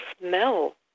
smell